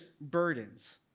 burdens